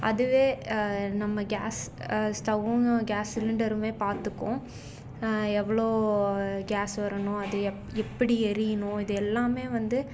அதுவே நம்ம கேஸ் ஸ்டவ்வும் கேஸ் சிலிண்டருமே பார்த்துக்கும் எவ்வளோ கேஸ் வரணும் அது எப் எப்படி எரியணும் இது எல்லாமே வந்து